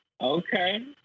Okay